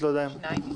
שניים יכולים.